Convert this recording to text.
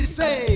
say